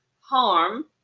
harm